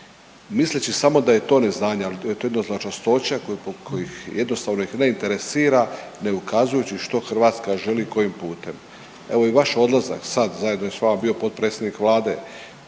misleći samo da je to neznanje. Ali to je jedna zločestoća kojih jednostavno ih ne interesira nego kazujući što Hrvatska želi, kojim putem. Evo i vaš odlazak sad zajedno je sa vama bio potpredsjednik Vlade